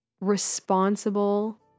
responsible